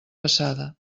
passada